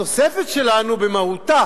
התוספת שלנו במהותה